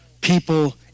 people